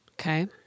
Okay